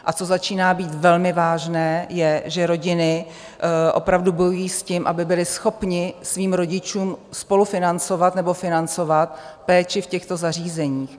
A co začíná být velmi vážné, je, že rodiny opravdu bojují s tím, aby byly schopny svým rodičům spolufinancovat nebo financovat péči v těchto zařízeních.